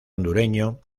hondureño